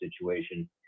situation